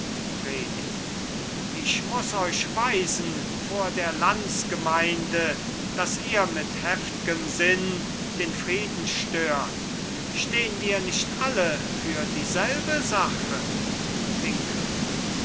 ich muss euch weisen vor der landsgemeinde dass ihr mit heft'gem sinn den frieden stört stehn wir nicht alle für dieselbe sache